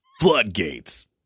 floodgates